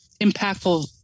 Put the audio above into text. impactful